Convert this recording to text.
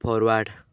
forward